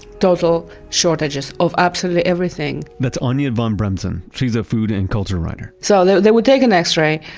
total shortages of absolutely everything that's anya von bremzen. she's a food and culture writer so they would take an x-ray,